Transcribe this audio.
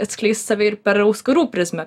atskleis save ir per auskarų prizmę